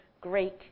Greek